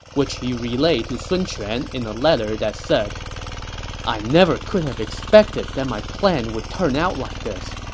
which he relayed to sun quan in a letter that said i never could have expected that my plan would turn out like this.